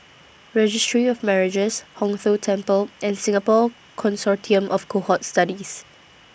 Registry of Marriages Hong Tho Temple and Singapore Consortium of Cohort Studies